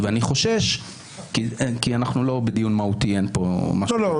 אנחנו לא בדיון מהותי --- אנחנו כן.